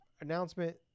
announcement